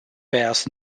bears